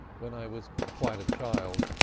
when i was quite a child,